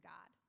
God